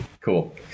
Cool